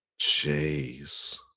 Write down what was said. Jeez